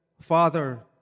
Father